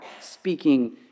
speaking